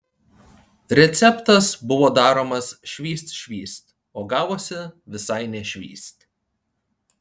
receptas buvo daromas švyst švyst o gavosi visai ne švyst